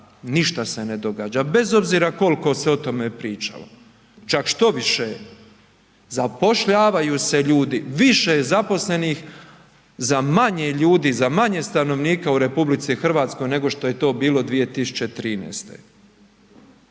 ništa se ne događa, bez obzira koliko se o tome pričalo, čak štoviše zapošljavaju se ljudi. Više je zaposlenih za manje ljudi, za manje stanovnika u RH nego što je to bilo 2013.,